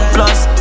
Plus